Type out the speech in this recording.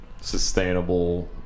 sustainable